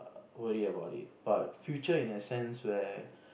worry about it but future in a sense where